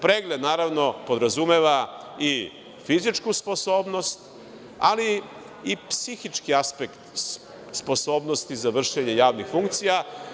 Pregled podrazumeva i fizičku sposobnost, ali i psihički aspekt sposobnosti za vršenje javnih funkcija.